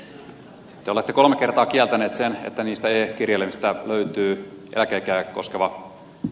te olette kolme kertaa kieltänyt sen että niistä e kirjelmistä löytyy eläkeikää koskeva juttu